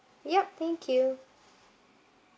yup thank you